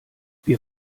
wir